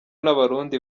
n’abarundi